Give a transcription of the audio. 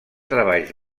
treballs